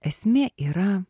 esmė yra